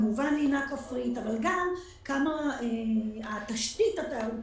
כמובן לינה כפרית אבל גם התשתית התיירות